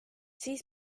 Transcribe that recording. siis